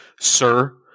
sir